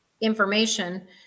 information